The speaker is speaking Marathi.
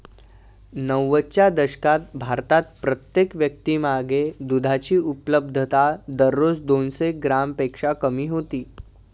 नव्वदच्या दशकात भारतात प्रत्येक व्यक्तीमागे दुधाची उपलब्धता दररोज दोनशे ग्रॅमपेक्षा कमी होती